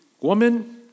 woman